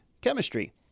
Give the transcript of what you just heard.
chemistry